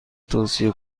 توصیه